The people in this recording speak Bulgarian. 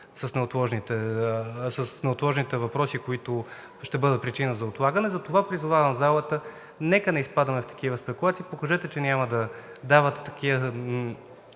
с неотложните въпроси, които ще бъдат причина за отлагане. Затова призовавам залата – нека не изпадаме в такива спекулации. Покажете, че няма да давате такива